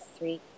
Three